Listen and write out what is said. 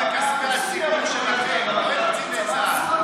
לא את קציני צה"ל.